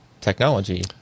technology